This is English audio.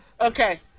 Okay